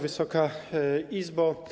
Wysoka Izbo!